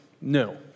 No